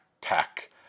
tech